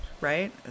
right